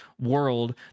world